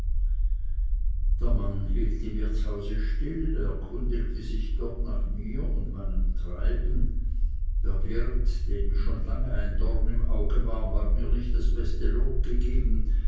der mann hielt im wirtshause still erkundigte sich dort nach mir und meinem treiben der wirt dem ich schon lange ein dorn im auge war mag mir nicht das beste lob gegeben